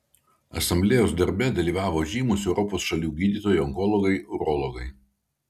asamblėjos darbe dalyvavo žymūs europos šalių gydytojai onkologai urologai